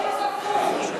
בדיוק הפוך.